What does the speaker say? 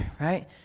right